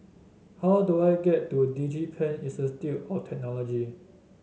how do I get to DigiPen Institute of Technology